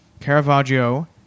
Caravaggio